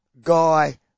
Guy